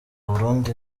burundi